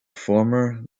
former